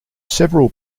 several